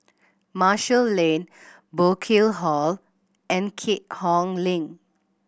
Marshall Lane Burkill Hall and Keat Hong Link